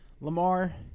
Lamar